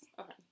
Okay